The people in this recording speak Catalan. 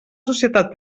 societat